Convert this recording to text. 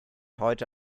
heute